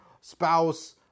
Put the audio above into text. spouse